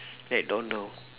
McDonald